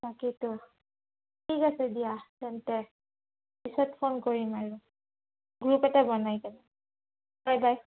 তাকেইতো ঠিক আছে দিয়া তেন্তে পিছত ফোন কৰিম আৰু গ্ৰুপ এটা বনাই যাব বাই বাই